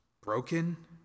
broken